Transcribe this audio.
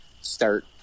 Start